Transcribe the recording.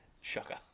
Shocker